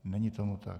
Není tomu tak.